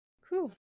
Cool